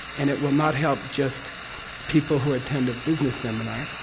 and it will not help just people who attend a business seminar,